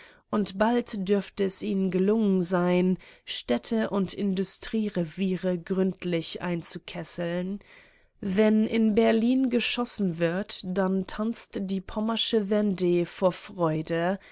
und bald dürfte es ihnen gelungen sein städte und industriereviere gründlich einzukesseln wenn in berlin geschossen wird dann tanzt die pommersche vende vor freude